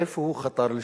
איפה הוא חתר לשלום?